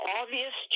obvious